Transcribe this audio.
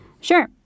Sure